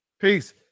Peace